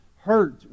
hurt